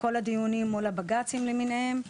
כל הדיונים מול הבג"צים למיניהם.